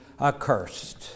accursed